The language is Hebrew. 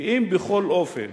ואם בכל אופן